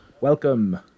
Welcome